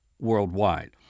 worldwide